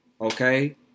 okay